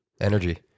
energy